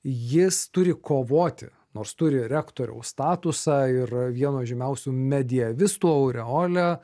jis turi kovoti nors turi rektoriaus statusą ir vieno žymiausių mediavistų aureolė